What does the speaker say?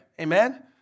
Amen